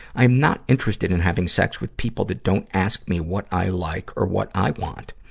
i'm not interested in having sex with people that don't ask me what i like or what i want.